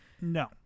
No